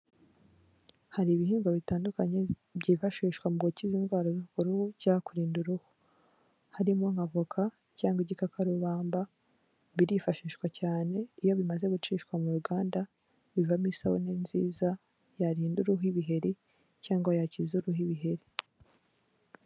Hari ibihingwa bitandukanye byifashishwa mu gukiza indwara z'uruhu cyangwa kurinda uruhu, harimo nka avoka cyangwa igikakarubamba birifashishwa cyane iyo bimaze gucishwa mu ruganda, bivamo isabune nziza yarinda uruhu ibiheri cyangwa yakiza uruhu ibiheri.